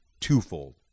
twofold